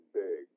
big